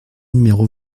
numéro